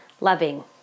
loving